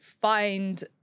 find